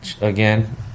again